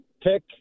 pick